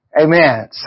Amen